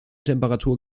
temperatur